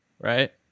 Right